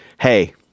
Hey